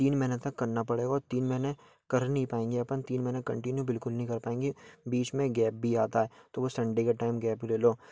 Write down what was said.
तीन महीने तक करना पड़ेगा और तीन महीने कर नहीं पाएँगे अपन तीन महीने कंटिन्यू बिलकुल नहीं कर पाएँगे बीच में गैप भी आता है तो वह सनडै के टाइम गैप ले लो